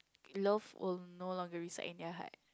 love will no longer reside in their heart